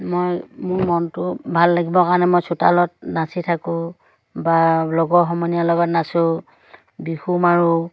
মই মোৰ মনটো ভাল লাগিবৰ কাৰণে মই চোতালত নাচি থাকোঁ বা লগৰ সমনীয়াৰ লগত নাচোঁ বিহু মাৰোঁ